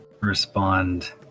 respond